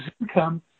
income